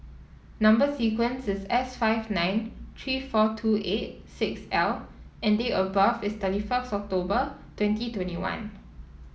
number sequence is S five nine three four two eight six L and date of birth is thirty first October twenty twenty one